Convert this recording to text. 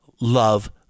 love